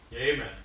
Amen